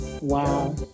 Wow